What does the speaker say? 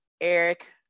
Eric